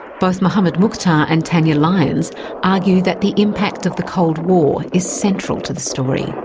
both mohamed mukhtar and tanya lyons argue that the impact of the cold war is central to the story.